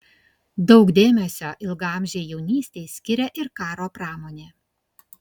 daug dėmesio ilgaamžei jaunystei skiria ir karo pramonė